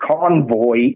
convoy